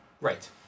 Right